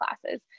classes